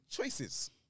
choices